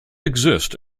exist